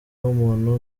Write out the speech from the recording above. w’umuntu